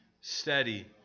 steady